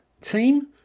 team